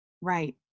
Right